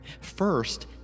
first